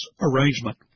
arrangement